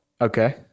Okay